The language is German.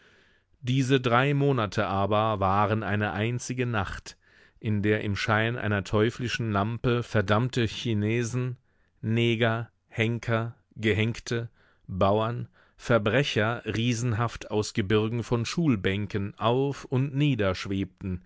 diese drei monate aber waren eine einzige nacht in der im schein einer teuflischen lampe verdammte chinesen neger henker gehenkte bauern verbrecher riesenhaft aus gebirgen von schulbänken auf und nieder schwebten